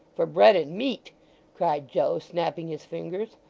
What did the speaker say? for bread and meat cried joe, snapping his fingers.